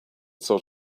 sort